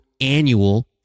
annual